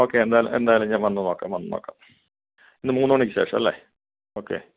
okay എന്തായാലും എന്തായാലും ഞാന് വന്ന് നോക്കാം വന്ന് നോക്കാം ഇന്ന് മൂന്ന് മണിക്ക് ശേഷം അല്ലേ ഓക്കെ